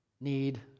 need